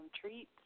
treats